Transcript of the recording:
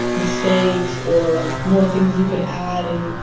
mistakes or like more things you could add and,